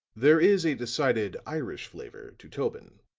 there is a decided irish flavor to tobin,